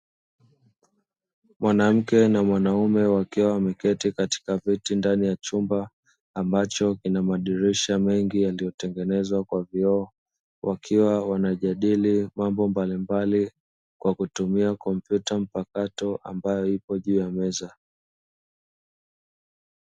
Mwanamke na mwanaume wakiwa ameketi katika viti ndani ya chumba ambacho kina madirisha mengi yaliyotengenezwa kwa vyoo wakiwa wanajadili mambo mbalimbali kwa kutumia kompyuta mpakato ambayo ipo juu ya meza.